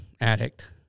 addict